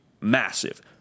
massive